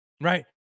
right